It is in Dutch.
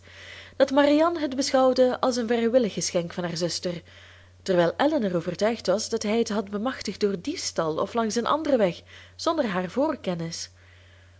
dat marianne het beschouwde als een vrijwillig geschenk van haar zuster terwijl elinor overtuigd was dat hij het had bemachtigd door diefstal of langs een anderen weg zonder hare voorkennis